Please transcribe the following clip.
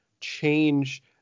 change